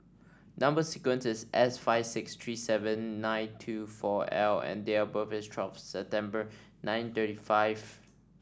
number sequence is S five six three seven nine two four L and date of birth is twelve September nine thirty five